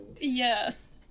Yes